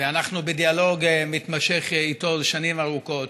ואנחנו בדיאלוג מתמשך איתו שנים ארוכות